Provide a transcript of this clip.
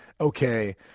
okay